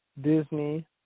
Disney